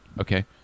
Okay